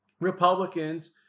Republicans